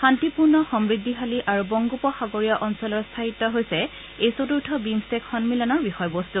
শান্তিপূৰ্ণ সমূদ্ধিশালী আৰু বংগোপ সাগৰীয় অঞ্চলৰ স্থায়ী বিকাশ হৈছে এই চতুৰ্থ বিমট্টেক সন্মিলনৰ বিষয়বস্তু